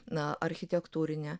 na architektūrine